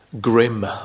grim